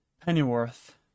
Pennyworth